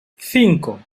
cinco